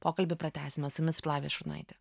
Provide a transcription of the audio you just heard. pokalbį pratęsime su jumis ir lavija šurnaitė